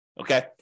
okay